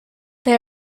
they